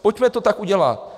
Pojďme to tak udělat.